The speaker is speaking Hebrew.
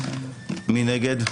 מי נגד?